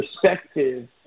perspective